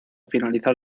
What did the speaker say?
finalizar